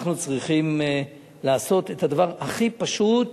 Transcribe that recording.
אנחנו צריכים לעשות את הדבר הכי פשוט,